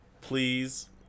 please